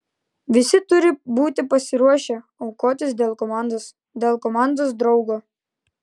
visi turi būti pasiruošę aukotis dėl komandos dėl komandos draugo